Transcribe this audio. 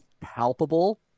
palpable